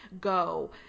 go